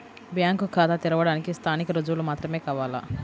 Bank ఖాతా తెరవడానికి స్థానిక రుజువులు మాత్రమే కావాలా?